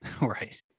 Right